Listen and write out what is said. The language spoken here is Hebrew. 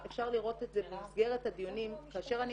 אפשר לראות את זה במסגרת הדיונים כאשר אני